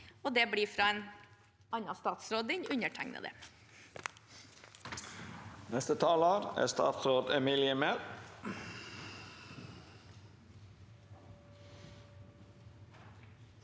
Det blir fra en annen statsråd enn